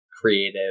creative